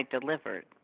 delivered